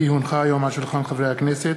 כי הונחו היום על שולחן הכנסת,